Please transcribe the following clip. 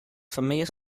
femelles